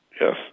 Yes